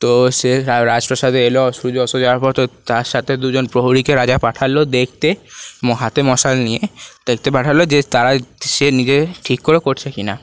তো সে রাজপ্রাসাদে এলো সূর্য অস্ত যাওয়ার পর তো তার সাথে দুজন প্রহরীকে রাজা পাঠালো দেখতে হাতে মশাল নিয়ে দেখতে পাঠালো যে তারা সে নিজে ঠিক করে করছে কি না